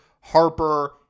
Harper